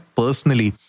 personally